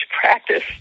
practice